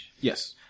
Yes